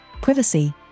privacy